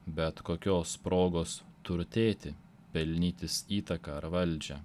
bet kokios progos turtėti pelnytis įtaką ar valdžią